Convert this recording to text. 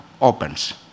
opens